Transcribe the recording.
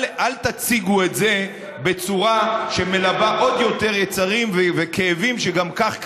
אל תציגו את זה בצורה שמלבה עוד יותר יצרים וכאבים שגם כך קיימים,